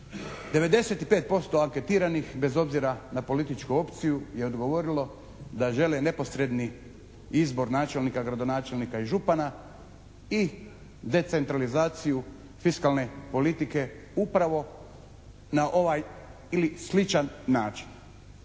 95% anketiranih bez obzira na političku opciju je odgovorilo da žele neposredni izbor načelnika, gradonačelnika i župana i decentralizaciju fiskalne politike upravo na ovaj ili sličan način.